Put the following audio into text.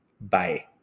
Bye